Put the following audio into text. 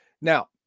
now